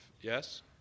yes